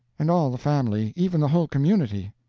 and all the family even the whole community.